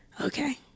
okay